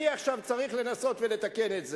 עכשיו אני צריך לנסות ולתקן את זה.